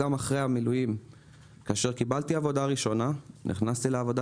גם אחרי המילואים כאשר קיבלתי עבודה ראשונה ונכנסתי אליה,